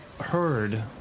heard